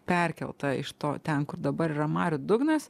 perkelta iš to ten kur dabar yra marių dugnas